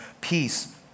peace